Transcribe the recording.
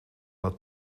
het